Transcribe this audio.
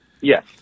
Yes